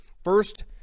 First